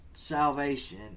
salvation